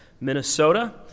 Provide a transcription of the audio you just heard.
Minnesota